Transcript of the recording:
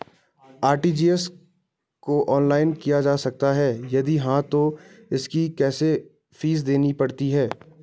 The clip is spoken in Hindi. आर.टी.जी.एस को ऑनलाइन किया जा सकता है यदि हाँ तो इसकी कोई फीस देनी पड़ती है?